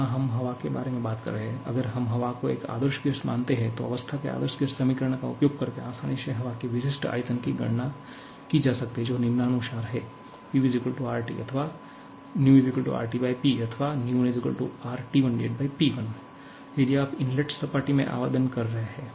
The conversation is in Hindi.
यहां हम हवा के बारे में बात कर रहे हैं अगर हम हवा को एक आदर्श गैस मानते हैं तो अवस्था के आदर्श गैस समीकरण का उपयोग करके आसानी से हवा की विशिष्ट आयतन की गणना की जा सकती है जो निम्नानुसार है PV RT अथवा 𝑣 𝑅𝑇P अथवा 𝑣1 𝑅𝑇1P1 यदि आप इनलेट सपाटी में आवेदन कर रहे हैं